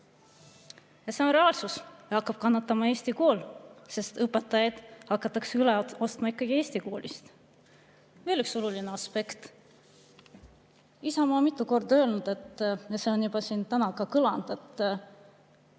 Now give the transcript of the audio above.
See on reaalsus. Hakkab kannatama ka eesti kool, sest õpetajaid hakatakse üle ostma ikkagi eesti koolist. Veel üks oluline aspekt. Isamaa on mitu korda öelnud – see on ka täna siin kõlanud